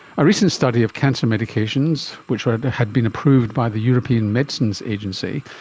a recent study of cancer medications which had had been approved by the european medicines agency,